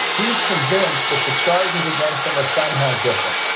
he's convinced that the charges against them are somehow different.